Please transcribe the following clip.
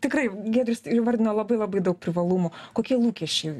tikrai giedrius įvardino labai labai daug privalumų kokie lūkesčiai